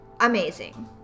Amazing